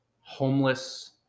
homeless